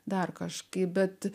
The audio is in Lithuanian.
dar kažkaip bet